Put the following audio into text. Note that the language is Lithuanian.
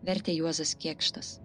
vertė juozas kėkštas